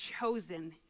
chosen